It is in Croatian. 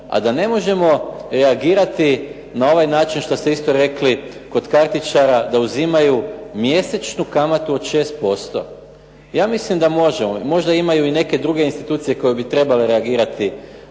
A da ne možemo reagirati na ovaj način što ste isto rekli kod kartičara da uzimaju mjesečnu kamatu od 6%? Ja mislim da možemo. Možda imaju i neke druge institucije koje bi trebale reagirati